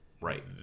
right